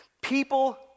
People